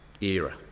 era